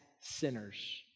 sinners